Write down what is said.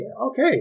okay